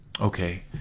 Okay